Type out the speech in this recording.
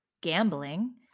Gambling